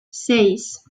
seis